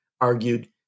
argued